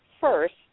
first